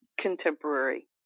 contemporary